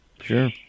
sure